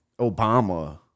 Obama